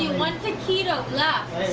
one tequila laughs